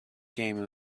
game